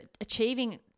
achieving